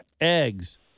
Eggs